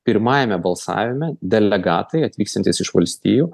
pirmajame balsavime delegatai atvykstantys iš valstijų